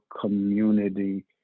community